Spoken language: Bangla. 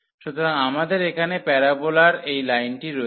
সুতরাং আমাদের এখানে প্যারোবোলার এই লাইনটি রয়েছে